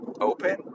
open